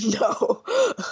No